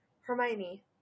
Hermione